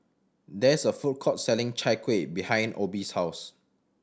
there is a food court selling Chai Kueh behind Obie's house